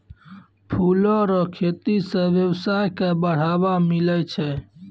फूलो रो खेती से वेवसाय के बढ़ाबा मिलै छै